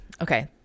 Okay